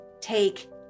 take